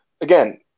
again